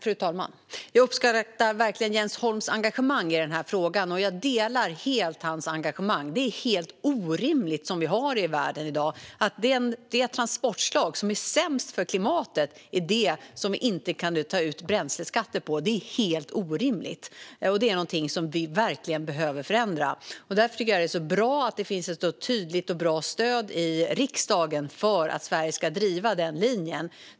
Fru talman! Jag uppskattar verkligen Jens Holms engagemang i den här frågan, ett engagemang som jag delar helt. Det är helt orimligt som vi har det i världen i dag att det transportslag som är sämst för klimatet är det som vi inte kan ta ut bränsleskatter på. Det är helt orimligt och någonting som vi verkligen behöver förändra. Därför tycker jag att det är så bra att det finns ett så tydligt och bra stöd i riksdagen för att Sverige ska driva den linjen.